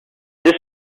this